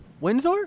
Windsor